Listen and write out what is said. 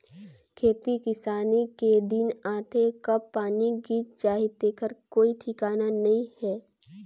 खेती किसानी के दिन आथे कब पानी गिर जाही तेखर कोई ठिकाना नइ हे